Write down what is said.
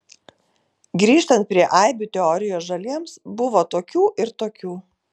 grįžtant prie aibių teorijos žaliems buvo tokių ir tokių